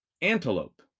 Antelope